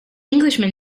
englishman